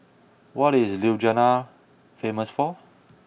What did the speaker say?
what is Ljubljana famous for